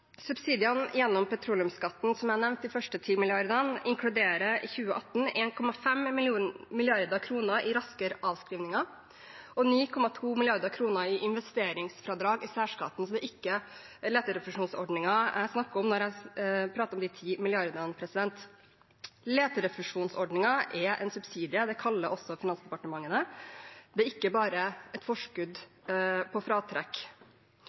Subsidiene gjennom petroleumsskatten, som jeg nevnte som de første 10 mrd. kr, inkluderer i 2018 1,5 mrd. kr i raskere avskrivninger og 9,2 mrd. kr i investeringsfradrag i særskatten, så det er ikke leterefusjonsordningen jeg snakker om når jeg prater om de 10 mrd. kr. Leterefusjonsordningen er en subsidie, det kaller også Finansdepartementet det. Det er ikke bare et forskudd på fratrekk.